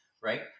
Right